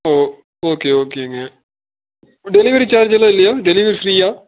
ஆ ஓ ஓகே ஓகேங்க delivery charge எல்லாம் இல்லையா டெலிவரி ஃப்ரீயா